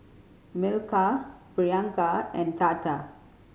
Milkha Priyanka and Tata